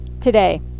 today